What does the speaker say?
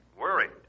Worried